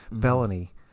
felony